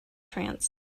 trance